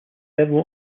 several